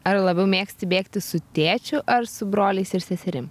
ar labiau mėgsti bėgti su tėčiu ar su broliais ir seserim